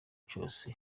cose